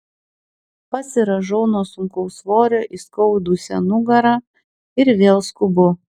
pasirąžau nuo sunkaus svorio įskaudusią nugarą ir vėl skubu